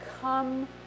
Come